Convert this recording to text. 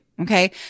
Okay